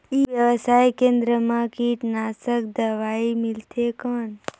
ई व्यवसाय केंद्र मा कीटनाशक दवाई मिलथे कौन?